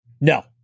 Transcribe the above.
No